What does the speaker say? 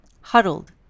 huddled